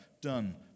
done